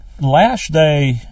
last-day